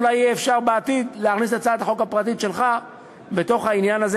אולי יהיה אפשר בעתיד להכניס את הצעת החוק הפרטית שלך בתוך העניין הזה,